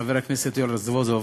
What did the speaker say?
לחבר הכנסת יואל רזבוזוב